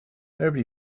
nobody